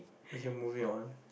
we can moving on